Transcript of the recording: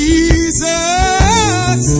Jesus